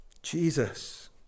Jesus